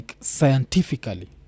scientifically